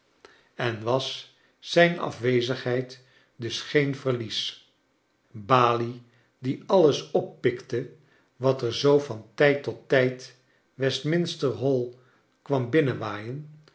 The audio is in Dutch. en was zijn afwezigheid dus geen verlies balie die alles oppikte wat er zoo van tijd tot tijd westminster hall kwam